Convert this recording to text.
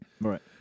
Right